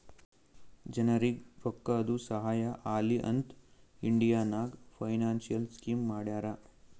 ಜನರಿಗ್ ರೋಕ್ಕಾದು ಸಹಾಯ ಆಲಿ ಅಂತ್ ಇಂಡಿಯಾ ನಾಗ್ ಫೈನಾನ್ಸಿಯಲ್ ಸ್ಕೀಮ್ ಮಾಡ್ಯಾರ